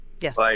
Yes